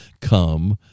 come